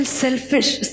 selfish